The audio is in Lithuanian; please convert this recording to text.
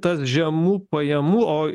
tas žemų pajamų o